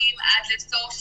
הרגולטוריים עד סוף